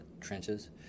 Trenches